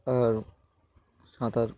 আর সাঁতার